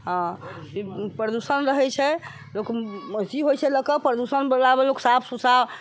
हँ प्रदूषण रहै छै लोक अथी होइ छै लए कऽ प्रदूषणवलामे लोक साफ सुथरा